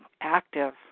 active